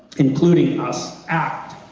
including us, act.